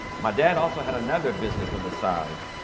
my dad also had another business on the side.